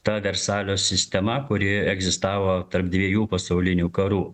ta versalio sistema kuri egzistavo tarp dviejų pasaulinių karų